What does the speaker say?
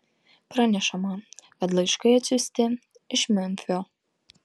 pranešama kad laiškai atsiųsti iš memfio